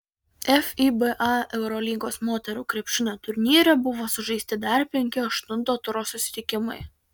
fiba eurolygos moterų krepšinio turnyre buvo sužaisti dar penki aštunto turo susitikimai